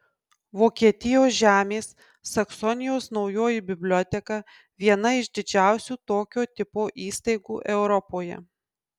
vokietijos žemės saksonijos naujoji biblioteka viena iš didžiausių tokio tipo įstaigų europoje